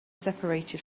separated